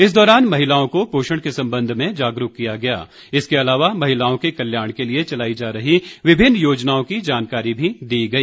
इस दौरान महिलाओं को पोषण के संबंध में जागरूक किया गया इसके अलावा महिलाओं के कल्याण के लिए चलाई जा रही विभिन्न योजनाओं की जानकारी भी दी गई